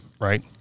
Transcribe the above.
right